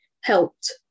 helped